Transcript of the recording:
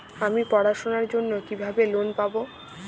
আমি পড়াশোনার জন্য কিভাবে লোন পাব?